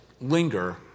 linger